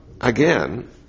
again